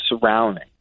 surrounding